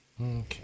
Okay